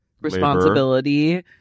responsibility